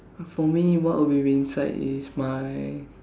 for me what will will be inside is my